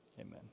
amen